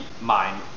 mind